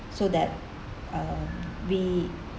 so that uh we